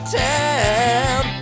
town